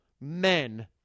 men